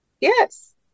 Yes